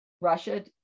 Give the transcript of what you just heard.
Russia